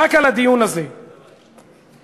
רק